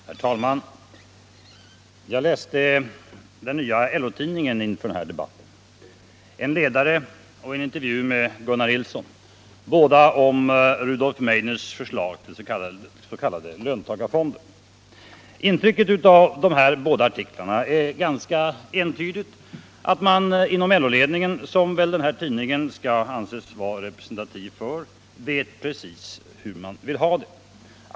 Herr talman! Jag läste den nya LO-tidningen inför den här debatten. En ledare och en intervju med Gunnar Nilsson, båda om Rudolf Meidners förslag till s.k. löntagarfonder. Intrycket av de båda artiklarna är ganska entydigt att man inom LO-ledningen, som väl den här tidningen skall anses vara representativ för, vet precis hur man vill ha det.